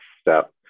step